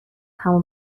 همو